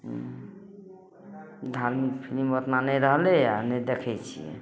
धार्मिक फिलिम ओतना नहि रहलै आ नहि देखैत छियै